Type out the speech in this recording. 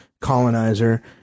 colonizer